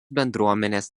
bendruomenės